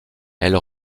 elle